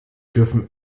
dürfen